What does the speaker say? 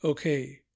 Okay